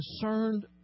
concerned